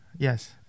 Yes